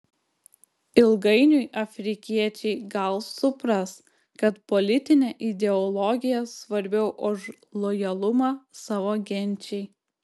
ilgainiui afrikiečiai gal supras kad politinė ideologija svarbiau už lojalumą savo genčiai